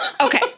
Okay